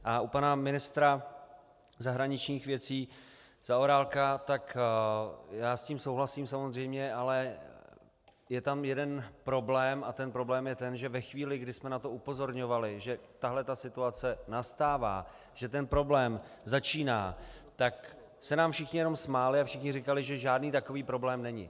A u pana ministra zahraničních věcí Zaorálka tak já s tím souhlasím, samozřejmě, ale je tam jeden problém a ten problém je ten, že ve chvíli, kdy jsme na to upozorňovali, že tahle ta situace nastává, že ten problém začíná, tak se nám všichni jenom smáli a všichni říkali, že žádný takový problém není.